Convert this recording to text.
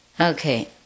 Okay